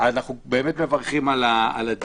אנחנו באמת מברכים על הדיון.